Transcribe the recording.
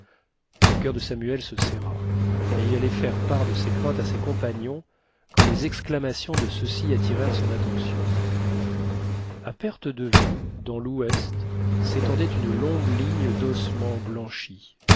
le cur de samuel se serra et il allait faire part de ses craintes à ses compagnons quand les exclamations de ceux-ci attirèrent son attention a perte de vue dans l'ouest s'étendait une longue ligne d'ossements blanchis